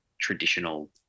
traditional